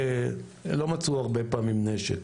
לא מצאו הרבה פעמים נשק,